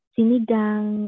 Sinigang